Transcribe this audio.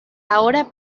ahora